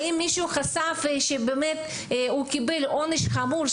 האם מישהו חשף שהוא קיבל עונש חמור,